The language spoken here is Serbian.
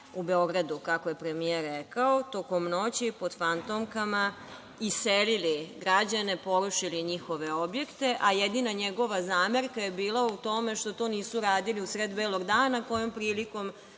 u Beogradu, kako je premijer rekao, tokom noći pod fantomkama iselili građane, porušili njihove objekte, a jedina njegova zamerka je bila u tome što to nisu radili u sred belog dana, kojom prilikom